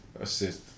assist